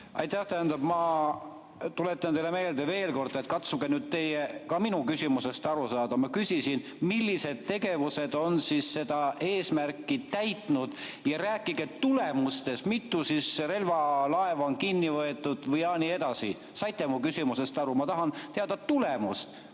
Aitäh! Tähendab, ma tuletan teile meelde veel kord, et katsuge nüüd teie ka minu küsimusest aru saada. Ma küsisin, millised tegevused on seda eesmärki täitnud. Rääkige tulemustest. Mitu relvalaeva on kinni võetud jne? Saite mu küsimusest aru? Ma tahan teada tulemust,